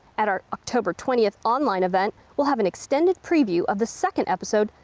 at our october twentieth online event, we'll have an extended preview of the second episode,